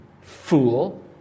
Fool